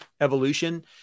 evolution